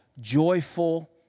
Joyful